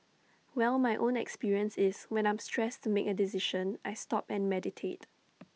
well my own experience is when I'm stressed to make A decision I stop and meditate